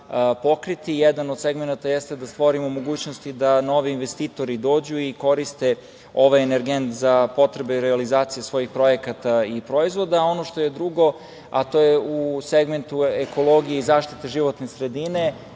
Jedan od segmenata jeste da stvorimo mogućnosti da novi investitori dođu i koriste ovaj energent za potrebe realizacije svojih projekata i proizvoda. Ono što je drugo, a to je u segmentu ekologije i zaštite životne sredine.